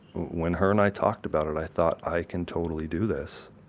when her and i talked about it, i thought, i can totally do this.